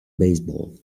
baseball